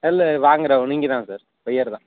இல்லை வாங்குறவங்க நீங்கள் தான் சார் பையர் தான்